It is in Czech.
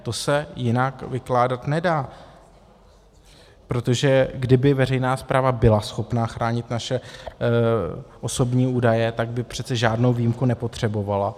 To se jinak vykládat nedá, protože kdyby veřejná správa byla schopna chránit naše osobní údaje, tak by přece žádnou výjimku nepotřebovala.